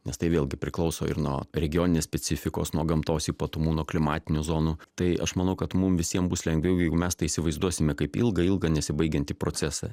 nes tai vėlgi priklauso ir nuo regioninės specifikos nuo gamtos ypatumų nuo klimatinių zonų tai aš manau kad mum visiems bus lengviau jeigu mes įsivaizduosime kaip ilgą ilgą nesibaigiantį procesą